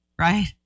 right